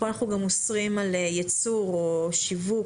פה אנחנו גם אוסרים על ייצור או שיווק.